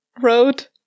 road